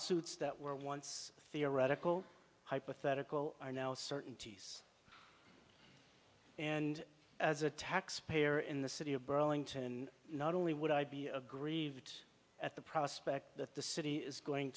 lawsuits that were once theoretical hypothetical are now certainties and as a taxpayer in the city of burlington not only would i be aggrieved at the prospect that the city is going